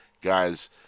Guys